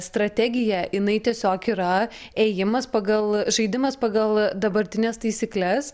strategija jinai tiesiog yra ėjimas pagal žaidimas pagal dabartines taisykles